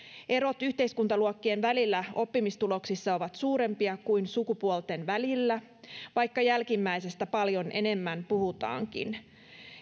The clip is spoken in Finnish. erot yhteiskuntaluokkien välillä oppimistuloksissa ovat suurempia kuin sukupuolten välillä vaikka jälkimmäisestä paljon enemmän puhutaankin